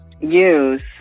use